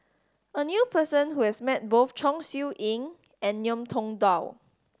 I knew a person who has met both Chong Siew Ying and Ngiam Tong Dow